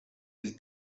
del